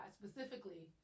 specifically